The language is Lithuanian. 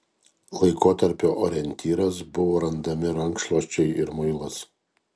laikotarpio orientyras buvo randami rankšluosčiai ir muilas